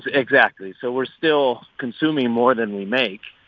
exactly. so we're still consuming more than we make,